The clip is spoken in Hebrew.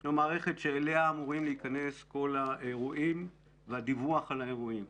זו מערכת שאליה אמורים להיכנס כל האירועים והדיווח על האירועים.